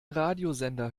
radiosender